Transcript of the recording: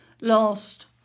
lost